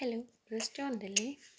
hello റെസ്റ്റോറൻ്റല്ലേ